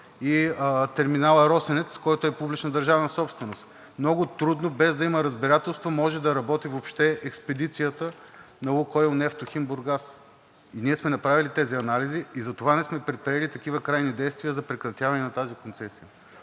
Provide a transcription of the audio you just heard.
и терминал „Росенец“, който е публична държавна собственост? Много трудно, без да има разбирателство, може да работи въобще експедицията на „Лукойл Нефтохим“ – Бургас. Ние сме направили тези анализи и затова не сме предприели такива крайни действия за прекратяване на тази концесия,